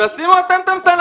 תשימו אתם את המסנן,